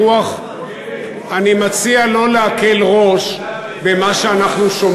אני מציע לא להקל ראש במה שאנחנו שומעים,